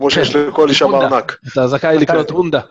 כמו שיש לכל אישה מענק. אתה זכאי להיות הונדה.